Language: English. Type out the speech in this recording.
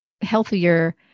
healthier